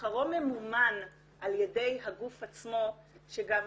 ששכרו ממומן על ידי הגוף עצמו שגם,